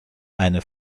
eine